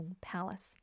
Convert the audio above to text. palace